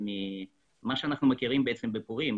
מה שאנחנו מכירים בפורים,